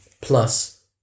plus